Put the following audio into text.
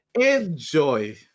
Enjoy